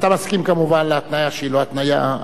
אתה מסכים כמובן להתניה שהיא לא התניה.